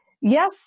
Yes